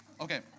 Okay